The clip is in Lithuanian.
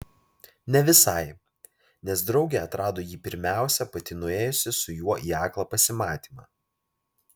ne visai nes draugė atrado jį pirmiausia pati nuėjusi su juo į aklą pasimatymą